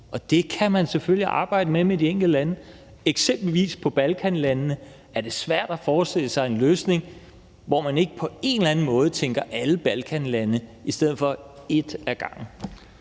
Og det kan man selvfølgelig arbejde med i forhold til de enkelte lande. Eksempelvis er det i forhold til Balkanlandene svært at forestille sig en løsning, hvor man ikke på en eller anden måde tænker alle Balkanlandene ind i stedet for ét ad gangen.